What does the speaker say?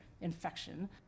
infection